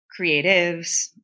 creatives